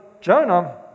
Jonah